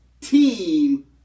team